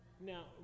Now